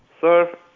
Sir